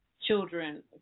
children